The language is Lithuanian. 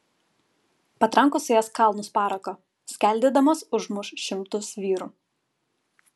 patrankos suės kalnus parako skeldėdamos užmuš šimtus vyrų